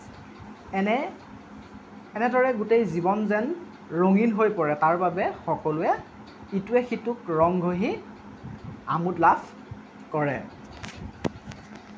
এনে এনেদৰেই গোটেই জীৱন যেন ৰঙীন হৈ পৰে তাৰ বাবে সকলোৱে ইটোৱে সিটোক ৰং ঘঁহি আমোদ লাভ কৰে